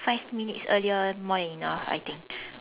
five minutes earlier more than enough I think